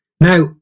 Now